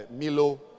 Milo